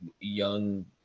young